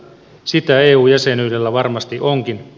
sitä eu jäsenyydellä varmasti onkin